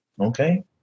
okay